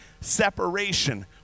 separation